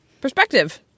perspective